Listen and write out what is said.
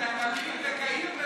הכנסת.